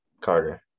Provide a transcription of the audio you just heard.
Carter